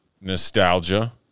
nostalgia